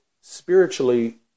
spiritually